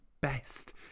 best